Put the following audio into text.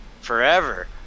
forever